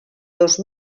dos